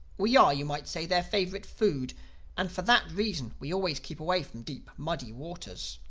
we are, you might say, their favorite food and for that reason we always keep away from deep, muddy waters.